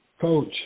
Coach